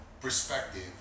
perspective